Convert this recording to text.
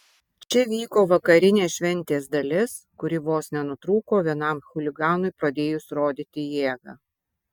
čia vyko vakarinė šventės dalis kuri vos nenutrūko vienam chuliganui pradėjus rodyti jėgą